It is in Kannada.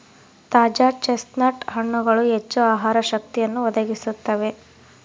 ತಾಜಾ ಚೆಸ್ಟ್ನಟ್ ಹಣ್ಣುಗಳು ಹೆಚ್ಚು ಆಹಾರ ಶಕ್ತಿಯನ್ನು ಒದಗಿಸುತ್ತವೆ